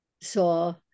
saw